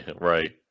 right